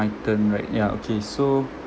my turn right ya okay so